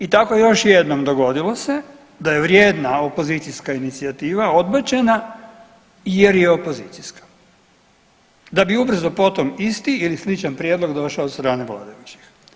I tako još jednom dogodilo se da je vrijedna opozicijska inicijativa odbačena jer je opozicijska da bi ubrzo potom isti ili sličan prijedlog došao od strane vladajućih.